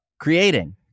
creating